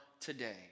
today